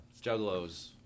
juggalos